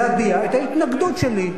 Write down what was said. ואביע, את ההתנגדות שלי.